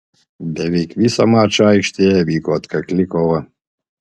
beveik visą mačą aikštėje vyko atkakli kova